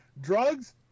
drugs